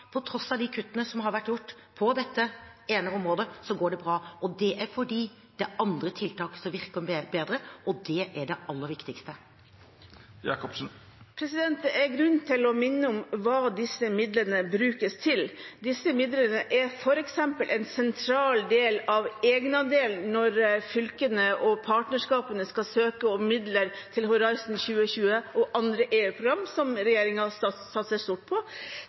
På tross av de kuttene som har vært gjort på dette ene området, går det bra. Det er fordi det er andre tiltak som virker bedre, og det er det aller viktigste. Det er grunn til å minne om hva disse midlene brukes til. Disse midlene er f.eks. en sentral en del av egenandelen når fylkene og partnerskapene skal søke om midler til Horizon 2020 og andre EU-program, som regjeringen satser stort på.